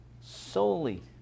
Solely